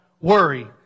worry